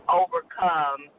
overcome